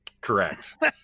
Correct